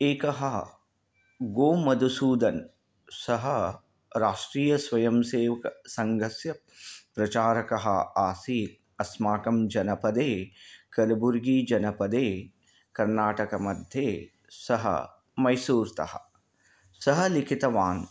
एकः गोमधुसूदनः सः राष्ट्रीयस्वयंसेवकसङ्घस्य प्रचारकः आसीत् अस्माकं जनपदे कल्बुर्गी जनपदे कर्नाटकमध्ये सः मैसूरतः सः लिखितवान्